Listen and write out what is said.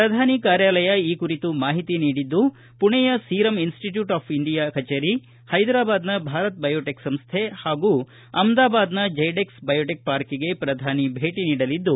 ಪ್ರಧಾನಿ ಕಾರ್ಯಾಲಯ ಈ ಕುರಿತು ಮಾಹಿತಿ ನೀಡಿದ್ದು ಪುಣೆಯ ಸೀರಂ ಇನ್ಸ್ಟಿಟ್ಟೂಟ್ ಆಫ್ ಇಂಡಿಯಾ ಕಚೇರಿ ಹೈದರಾಬಾದ್ನ ಭಾರತ್ ಬಯೋಟೆಕ್ ಸಂಸ್ಟೆ ಹಾಗೂ ಅಹಮದಾಬಾದ್ನ ಝೈಡೆಕ್ಸ್ ಬಯೋಟೆಕ್ ಪಾರ್ಕ್ಗೆ ಪ್ರಧಾನಿ ಭೇಟಿ ನೀಡಲಿದ್ದು